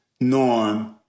Norm